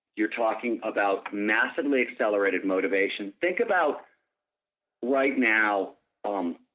you are talking about massively accelerated motivation. think about right now um